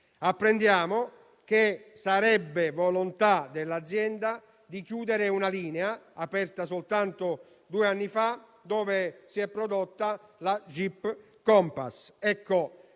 Apprendiamo che sarebbe volontà dell'azienda di chiudere una linea, aperta soltanto due anni fa, dove si è prodotta la Jeep Compass. Noi